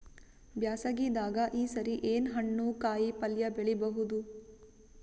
ಬ್ಯಾಸಗಿ ದಾಗ ಈ ಸರಿ ಏನ್ ಹಣ್ಣು, ಕಾಯಿ ಪಲ್ಯ ಬೆಳಿ ಬಹುದ?